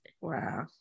wow